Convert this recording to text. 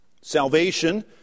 Salvation